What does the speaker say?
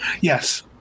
Yes